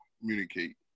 communicate